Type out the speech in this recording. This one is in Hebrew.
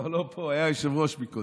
כבר לא פה, היה יושב-ראש קודם.